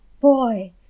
boy